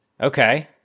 Okay